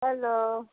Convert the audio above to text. hello